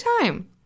time